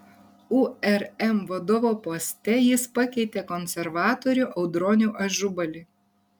urm vadovo poste jis pakeitė konservatorių audronių ažubalį